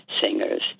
singers